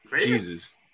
Jesus